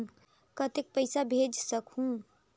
कतेक पइसा भेज सकहुं?